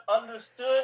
understood